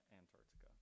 antarctica